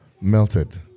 melted